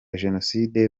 jenoside